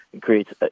creates